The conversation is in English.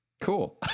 cool